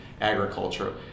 agriculture